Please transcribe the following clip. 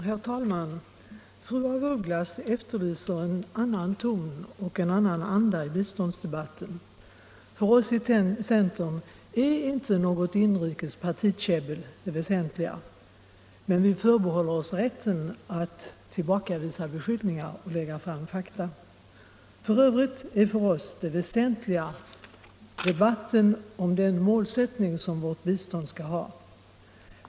Herr talman! Fru af Ugglas efterlyser en annan ton och en annan anda i biståndsdebatten. För oss i centern är inte något inrikes partipolitiskt käbbel det väsentliga, men vi förbehåller oss rätten att tillbakavisa beskyllningar och lägga fram fakta. För övrigt är för oss det väsentliga debatten om den målsättning som Sveriges bistånd skall ha.